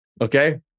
Okay